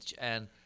And-